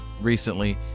recently